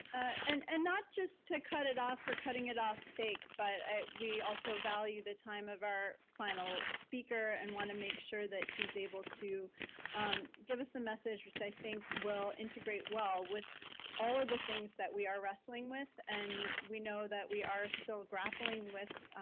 and and not just to cut it off for cutting it off's sake, but we also value the time of our final speaker and want to make sure that he's able to give us a message which i think will integrate well with all of the things that we are wrestling with, and we know that we are still grappling with